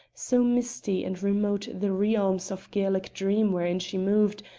so misty and remote the realms of gaelic dream wherein she moved,